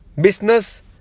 Business